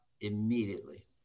immediately